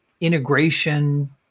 integration